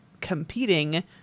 competing